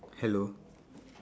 hello